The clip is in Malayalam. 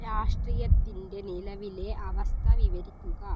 രാഷ്ട്രീയത്തിൻ്റെ നിലവിലെ അവസ്ഥ വിവരിക്കുക